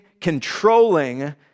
controlling